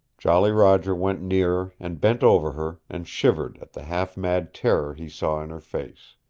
jolly roger went nearer and bent over her and shivered at the half-mad terror he saw in her face.